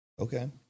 okay